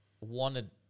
wanted